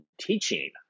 teaching